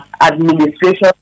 administration